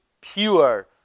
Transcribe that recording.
pure